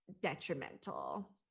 detrimental